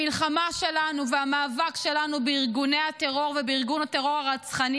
המלחמה שלנו והמאבק שלנו בארגוני הטרור ובארגון הטרור הרצחני